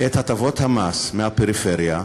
את הטבות המס מהפריפריה,